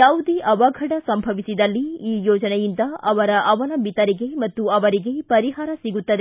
ಯಾವುದೇ ಅವಘಡ ಸಂಭವಿಸಿದಲ್ಲಿ ಈ ಯೋಜನೆಯಿಂದ ಅವರ ಅನಲಂಬಿತರಿಗೆ ಮತ್ತು ಅವರಿಗೆ ಪರಿಹಾರ ಸಿಗುತ್ತದೆ